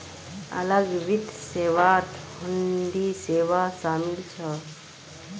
अलग वित्त सेवात हुंडी सेवा शामिल छ